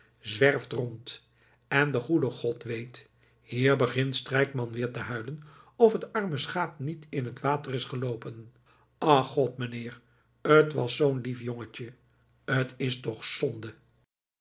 weerom zwerft rond en de goede god weet hier begint strijkman weer te huilen of het arme schaap niet in het water is geloopen ach god mijnheer t was zoo'n lief jongetje het is toch zonde